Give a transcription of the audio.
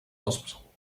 hospital